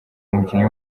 umukinnyi